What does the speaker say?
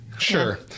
Sure